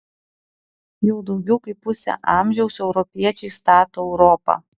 jau daugiau kaip pusę amžiaus europiečiai stato europą